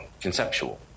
conceptual